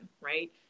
right